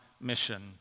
mission